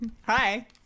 Hi